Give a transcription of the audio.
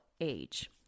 age